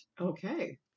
Okay